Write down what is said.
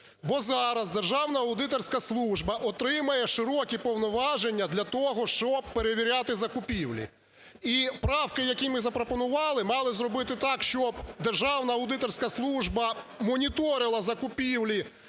Бо зараз Державна аудиторська служба отримає широкі повноваження для того, щоб перевіряти закупівлі. І правки, які ми запропонували, мали зробити так, щоб Державна аудиторська служба моніторила закупівлі